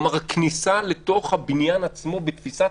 הוא אמר: הכניסה לתוך הבניין עצמו בתפיסת